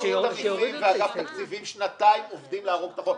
רשות המסים ואגף תקציבים שנתיים עובדים להרוג את החוק.